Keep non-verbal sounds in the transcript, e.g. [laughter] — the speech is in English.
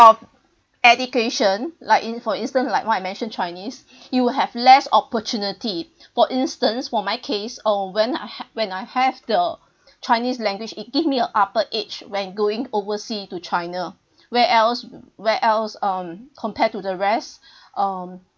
education like in for instance like what I mentioned chinese [breath] you will have less opportunity for instance for my case oh when I ha~ when I have the chinese language it give me a upper edge when going oversea to china where else where else um compared to the rest [breath] um